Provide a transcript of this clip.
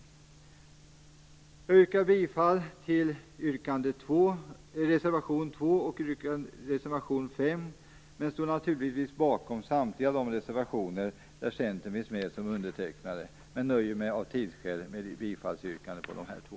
Jag yrkar bifall till reservationerna 2 och 5 men står naturligtvis bakom samtliga reservationer där Centern finns med som undertecknare. Av tidsskäl nöjer jag mig med bifallsyrkande på de här två.